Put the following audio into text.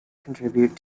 contribute